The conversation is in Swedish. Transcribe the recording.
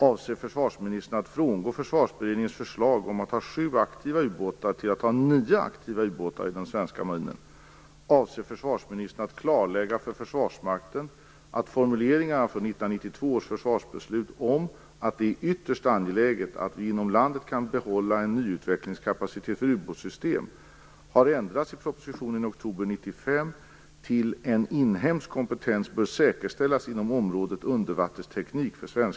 Avser försvarsministern att klarlägga för Försvarsmakten att formuleringen från 1992 års försvarsbeslut om att "det är ytterst angeläget att vi inom landet kan behålla en nyutvecklingskapacitet för ubåtssystem" har ändrats i propositionen i oktober 1995 till "en inhemsk kompetens bör säkerställas inom område undervattensteknik "?